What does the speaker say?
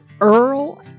Earl